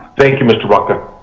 thank you mr. baca?